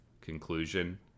conclusion